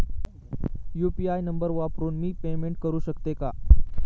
UPI number वापरून मी payment करू शकते का?